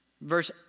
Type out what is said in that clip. Verse